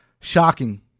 Shocking